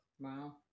Wow